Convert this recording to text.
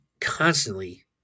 constantly